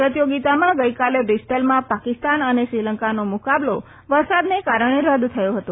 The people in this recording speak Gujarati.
પ્રતિયોગીતામાં ગઈકાલે બ્રિસ્ટલમાં પાકિસ્તાન અને શ્રીલંકાનો મુકાબલો વરસાદને કારણે રદ થયો હતો